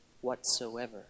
whatsoever